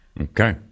Okay